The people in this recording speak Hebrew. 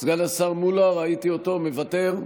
סגן השר מולא, ראיתי אותו, מוותר,